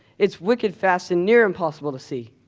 it's wicked fast and near impossible to see.